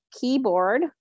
keyboard